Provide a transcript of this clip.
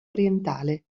orientale